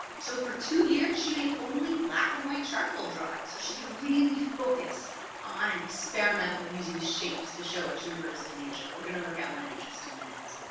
so for two years, she made only black and white charcoal drawing so she could really focus on and experiment with using shapes to show what she noticed in nature. we're going to look at one in just a minute.